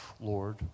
Lord